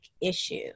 issue